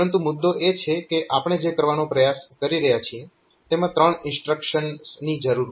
પરંતુ મુદ્દો એ છે કે આપણે જે કરવાનો પ્રયાસ કરી રહ્યા છીએ તેમાં ત્રણ ઇન્સ્ટ્રક્શન્સની જરૂર પડે છે